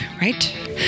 Right